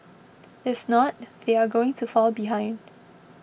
if not they are going to fall behind